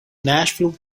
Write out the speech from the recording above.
nashville